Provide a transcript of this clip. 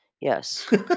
Yes